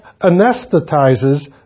anesthetizes